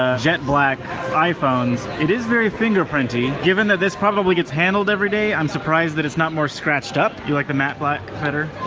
jet black iphones. it is very fingerprinty. given that this probably gets handled every day, i'm surprised that it's not more scratched up. you like the matte black better?